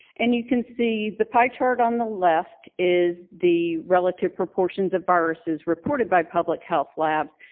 and you can see the pie chart on the left is the relative proportions of viruses reported by public health labs.